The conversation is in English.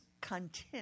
content